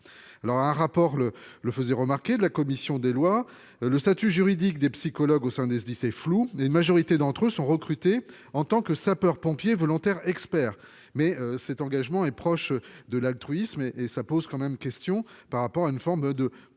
un rapport le le faisait remarquer de la commission des lois, le statut juridique des psychologues au sein des SDIS c'est flou mais une majorité d'entre eux sont recrutés en tant que sapeur-pompier volontaire expert mais cet engagement est proche de l'altruisme et et ça pose quand même question par rapport à une forme de